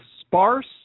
sparse